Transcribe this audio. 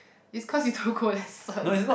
it's cause you don't go lesson